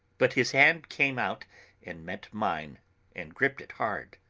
but his hand came out and met mine and gripped it hard.